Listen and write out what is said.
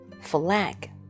Flag